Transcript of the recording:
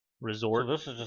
resort